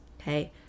Okay